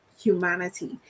humanity